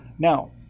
Now